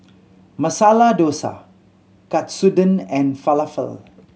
Masala Dosa Katsudon and Falafel